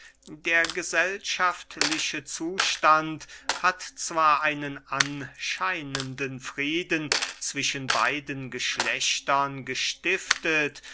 der gesellschaftliche zustand hat zwar einen anscheinenden frieden zwischen beiden geschlechtern gestiftet